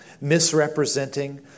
misrepresenting